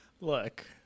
Look